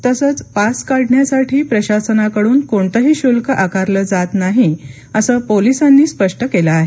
तसंच पास काढण्यासाठी प्रशासनाकडून कोणतेही शुल्क आकारले जात नाही असं पोलिसांनी स्पष्ट केलं आहे